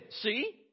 see